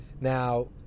Now